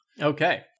okay